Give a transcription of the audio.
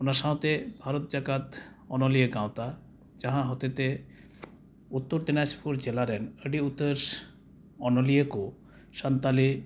ᱚᱱᱟ ᱥᱟᱶᱛᱮ ᱵᱷᱟᱨᱚᱛ ᱡᱟᱠᱟᱛ ᱚᱱᱚᱞᱤᱭᱟᱹ ᱜᱟᱶᱛᱟ ᱡᱟᱦᱟᱸ ᱦᱚᱛᱮᱛᱮ ᱩᱛᱛᱚᱨ ᱫᱤᱱᱟᱡᱽᱯᱩᱨ ᱡᱮᱞᱟᱨᱮᱱ ᱟᱹᱰᱤ ᱩᱛᱟᱹᱨ ᱚᱱᱚᱞᱤᱭᱟᱹᱠᱚ ᱥᱟᱱᱛᱟᱲᱤ